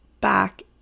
back